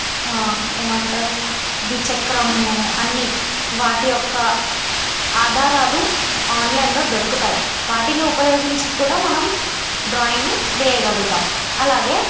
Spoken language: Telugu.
ఏమంటారు ద్విచక్రము అన్ని వాటి యొక్క ఆధారాలు ఆన్లైన్లో దొరుకుతాయి వాటిని ఉపయోగించి కూడా మనం డ్రాయింగ్ని వేయగలుగుతాము అలాగే